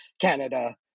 Canada